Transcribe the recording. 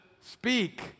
speak